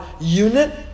unit